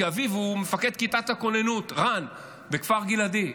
כי אביו רן הוא מפקד כיתת הכוננות בכפר גלעדי.